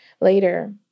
later